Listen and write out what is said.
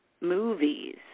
movies